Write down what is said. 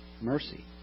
mercy